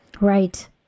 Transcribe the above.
Right